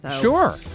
Sure